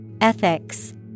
Ethics